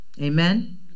Amen